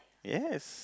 yes